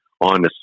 on